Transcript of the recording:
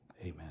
Amen